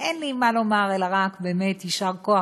אין לי מה לומר אלא רק יישר כוח